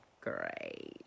Great